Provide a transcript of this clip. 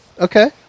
Okay